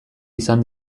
izan